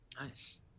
Nice